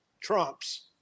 trumps